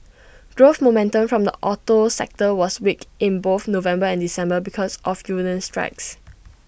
growth momentum from the auto sector was weak in both November and December because of union strikes